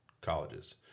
colleges